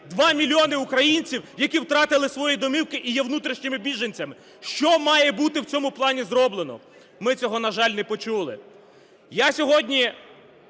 два мільйони українців, які втратили свої домівки і є внутрішніми біженцями. Що має бути в цьому плані зроблено? Ми цього, на жаль, не почули.